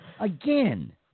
Again